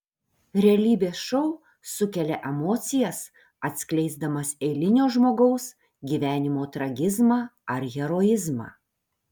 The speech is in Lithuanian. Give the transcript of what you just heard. realybės šou sukelia emocijas atskleisdamas eilinio žmogaus gyvenimo tragizmą ar heroizmą